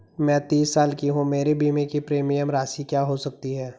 मैं तीस साल की हूँ मेरे बीमे की प्रीमियम राशि क्या हो सकती है?